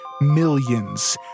millions